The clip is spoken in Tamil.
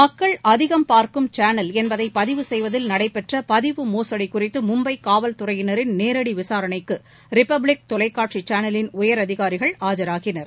மக்கள் அதிகம் பார்க்கும் சானல் என்பதை பதிவு செய்வதில் நடைபெற்ற பதிவு மோசுடி குறித்து மும்பை காவல் துறையினரின் நேரடி விசாரணைக்கு ரிபப்பளிக் தொலைக்காட்சி சேனலின் உயரதிகாரிகள் ஆஜராகினர்